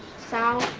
south